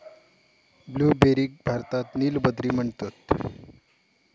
ब्लूबेरीक भारतात नील बद्री म्हणतत